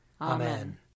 Amen